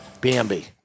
Bambi